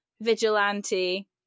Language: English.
vigilante